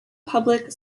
public